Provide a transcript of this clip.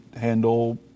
handle